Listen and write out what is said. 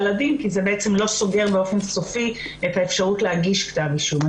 לדין כי זה לא סוגר באופן סופי את האפשרות להגיש כתב אישום.